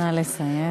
נא לסיים.